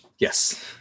Yes